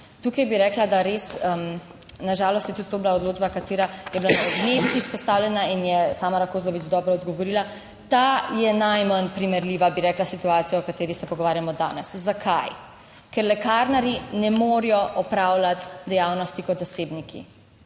Tukaj bi rekla, da res na žalost je tudi to bila odločba, katera je bila / hrup v dvorani, nerazumljivo/ izpostavljena in je Tamara Kozlovič dobro odgovorila. Ta je najmanj primerljiva, bi rekla, situacija, o kateri se pogovarjamo danes. Zakaj? Ker lekarnarji ne morejo opravljati dejavnosti kot zasebniki,